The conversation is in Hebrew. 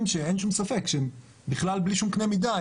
שאין שום ספק שהם בכלל בלי שום קנה מידה,